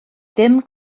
ddim